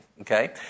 Okay